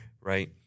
right